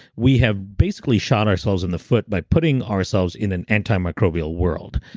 we have basically shot ourselves in the foot by putting ourselves in an antimicrobial world.